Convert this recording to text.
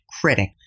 critic